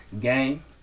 game